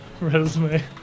Resume